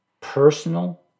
personal